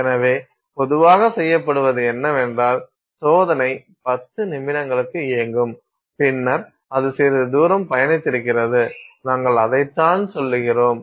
எனவே பொதுவாக செய்யப்படுவது என்னவென்றால் சோதனை 10 நிமிடங்களுக்கு இயங்கும் பின்னர் அது சிறிது தூரம் பயணித்திருக்கிறது நாங்கள் அதைத்தான் சொல்லுகிறோம்